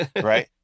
right